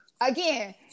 again